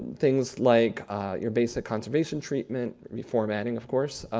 things like your basic conservation treatment, reformatting, of course,